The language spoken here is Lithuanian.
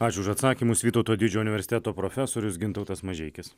ačiū už atsakymus vytauto didžiojo universiteto profesorius gintautas mažeikis